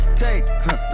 take